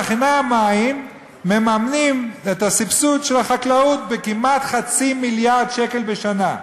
צרכני המים מממנים את הסבסוד של החקלאות בכמעט חצי מיליארד שקל בשנה.